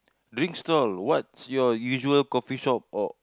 drink stall what's your usual coffeeshop or